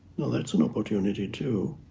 that's an opportunity too.